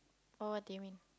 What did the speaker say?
what what do you mean